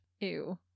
Ew